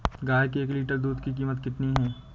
गाय के एक लीटर दूध की कीमत कितनी है?